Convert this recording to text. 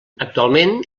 actualment